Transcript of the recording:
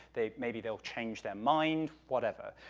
they'll maybe they'll change their mind, whatever.